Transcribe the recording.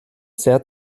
sehr